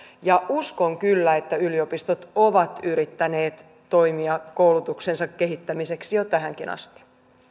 ja uskon kyllä että yliopistot ovat yrittäneet toimia koulutuksensa kehittämiseksi jo tähänkin asti